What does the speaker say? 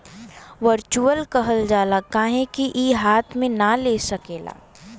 virtual कहल जाला काहे कि ई हाथ मे ना ले सकेला